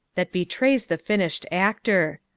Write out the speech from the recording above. that betrays the finished actor.